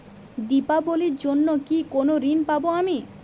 দীপাবলির জন্য কি কোনো ঋণ পাবো আমি?